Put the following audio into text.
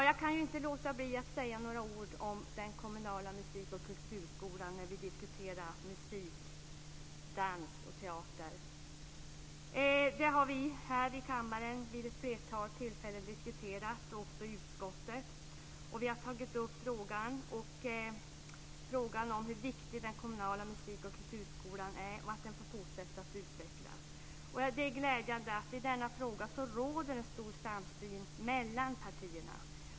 Jag kan inte låta bli att säga några ord om den kommunala musik och kulturskolan när vi diskuterar musik, dans och teater. Vi har här i kammaren också vid ett flertal tillfällen diskuterat detta. Vi har tagit upp frågan om hur viktig den kommunala musik och kulturskolan är och hur viktigt det är att den får fortsätta att utvecklas. Det är glädjande att det i denna fråga råder stor samsyn mellan partierna.